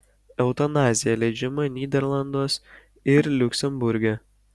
eutanazija leidžiama nyderlanduos ir liuksemburge